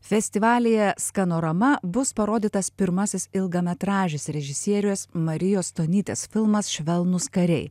festivalyje skanorama bus parodytas pirmasis ilgametražis režisierės marijos stonytės filmas švelnūs kariai